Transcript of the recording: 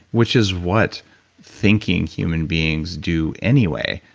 which is what thinking human beings do anyway,